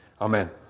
Amen